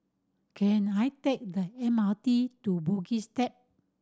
can I take the M R T to Bugis Cube